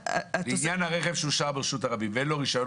לעניין הרכב שהושאר ברשות הרבים ואין לו רישיון